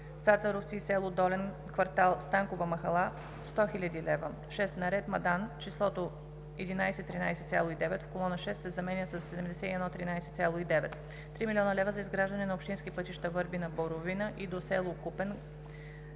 Цацаровци и село Долен, квартал „Станкова махала“ – 100 хил. лв. 6. На ред Мадан числото „1113,9“ в колона 6 се заменя със „7113,9“. - 3 млн. лв. за изграждане на общински пътища Върбина – Боровина и до село Купен,